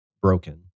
broken